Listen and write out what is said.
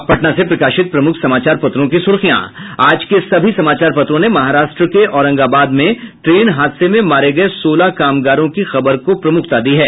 अब पटना से प्रकाशित प्रमुख समाचार पत्रों की सुर्खियां आज के सभी समाचार पत्रों ने महाराष्ट्र के औरंगाबाद में ट्रेन हादसे में मारे गये सोलह कामगारों की खबर को प्रमुखता दी है